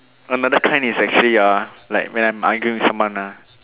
another kind is actually ya like when I'm arguing with someone lah